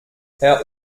herr